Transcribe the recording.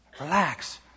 relax